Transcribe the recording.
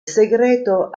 segreto